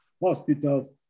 hospitals